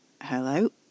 Hello